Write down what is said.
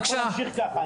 אני לא יכול להמשיך ככה.